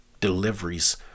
deliveries